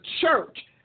church